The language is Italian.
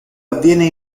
avviene